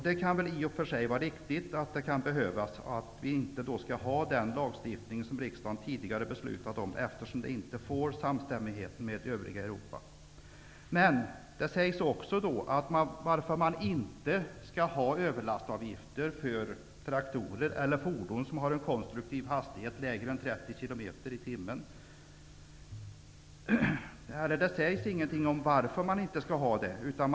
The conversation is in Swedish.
Det kan i och för sig vara riktigt att detta kan behövas och att vi inte bör ha den lagstiftning som riksdagen tidigare beslutade om, eftersom den inte ger samstämmighet med övriga Europa. Men det sägs ingenting om varför man inte skall ha överlastavgifter för traktorer eller fordon som har en konstruktiv hastighet som är lägre än 30 km/tim.